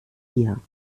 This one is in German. bier